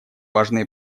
важные